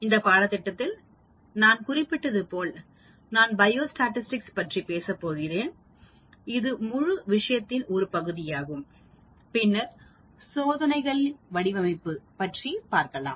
இந்த பாடத்திட்டத்தில் நான் குறிப்பிட்டது போல நான் பயோஸ்டாடிஸ்டிக்ஸ் பற்றி பேசப் போகிறேன் இது முழு விஷயத்தின் ஒரு பகுதியாகும் பின்னர் சோதனைகளின் வடிவமைப்பு பற்றி பார்க்கலாம்